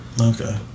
Okay